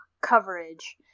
coverage